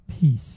peace